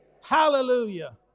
hallelujah